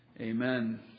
Amen